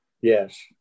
Yes